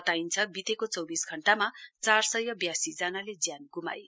बताइन्छ बितेको चौंबिस घण्टामा चार सय ब्यासी जनाले ज्यान ग्माए